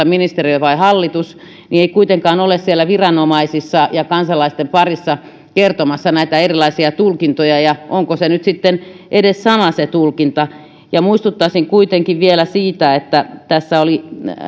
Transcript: ministeriö vai hallitus ei kuitenkaan ole siellä viranomaisissa ja kansalaisten parissa kertomassa näitä erilaisia tulkintoja ja onko se tulkinta nyt sitten edes sama ja muistuttaisin kuitenkin vielä siitä että